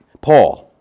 Paul